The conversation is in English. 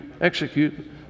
execute